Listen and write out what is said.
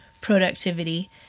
productivity